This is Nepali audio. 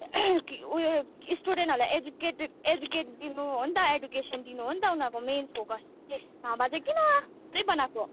उयो स्टुडेन्टहरूलाई एजुकेटेड एजुकेट दिनु हो नि त एडुकेसन दिनु हो नि त उनीहरूको मेन फोकस चाहिँ हावा चाहिँ किन अरे बनाएको